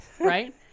right